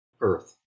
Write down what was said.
earth